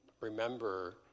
remember